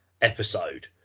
episode